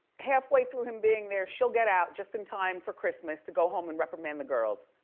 halfway through him being there, she'll get out just in time for christmas to go home and reprimand the girls,